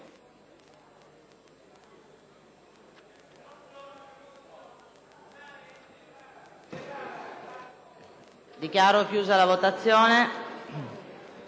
Dichiaro aperta la votazione.